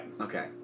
Okay